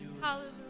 Hallelujah